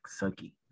sucky